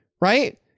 right